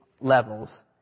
levels